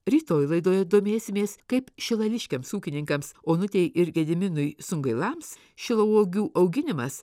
rytoj laidoje domėsimės kaip šilališkiams ūkininkams onutei ir gediminui sungailams šilauogių auginimas